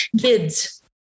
Kids